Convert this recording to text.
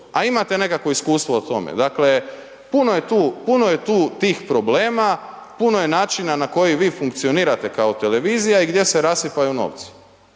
A imate nekakvo iskustvo o tome. Dakle, puno je tu tih problema, puno je način na koji vi funkcionirate kao televizija i gdje se rasipaju novci.